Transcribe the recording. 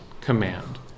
command